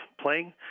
playing